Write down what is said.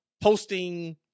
posting